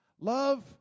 Love